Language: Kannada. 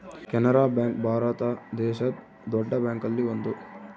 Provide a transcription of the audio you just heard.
ಕೆನರಾ ಬ್ಯಾಂಕ್ ಭಾರತ ದೇಶದ್ ದೊಡ್ಡ ಬ್ಯಾಂಕ್ ಅಲ್ಲಿ ಒಂದು